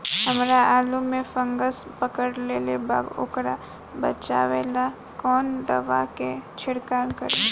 हमरा आलू में फंगस पकड़ लेले बा वोकरा बचाव ला कवन दावा के छिरकाव करी?